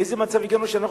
לאיזה מצב הגענו שאנחנו,